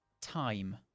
time